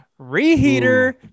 Reheater